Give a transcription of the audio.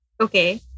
okay